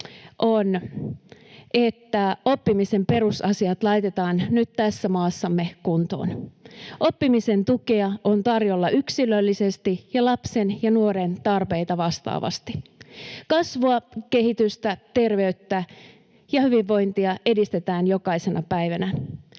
on, että oppimisen perusasiat laitetaan nyt tässä maassamme kuntoon. Oppimisen tukea on tarjolla yksilöllisesti ja lapsen ja nuoren tarpeita vastaavasti. Kasvua, kehitystä, terveyttä ja hyvinvointia edistetään jokaisena päivänä.